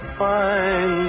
find